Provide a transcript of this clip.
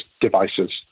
devices